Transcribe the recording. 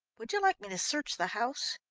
would you like me to search the house?